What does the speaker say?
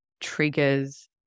triggers